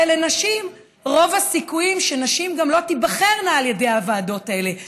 רוב הסיכויים שנשים גם לא תיבחרנה על ידי הוועדות האלה.